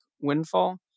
windfall